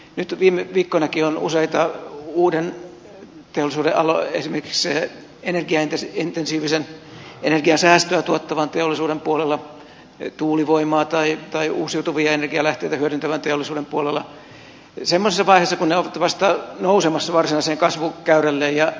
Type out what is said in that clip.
nyt viime viikkoinakin on useita uuden teollisuuden aloja esimerkiksi energiaintensiivisen energian säästöä tuottavan teollisuuden puolella tuulivoimaa tai uusiutuvia energialähteitä hyödyntävän teollisuuden puolella ollut semmoisessa vaiheessa kun ne ovat vasta nousemassa varsinaiselle kasvukäyrälle